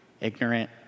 ignorant